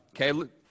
Okay